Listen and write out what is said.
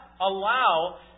allow